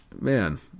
man